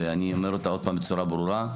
ואני אומר אותה עוד פעם בצורה ברורה,